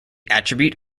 attribute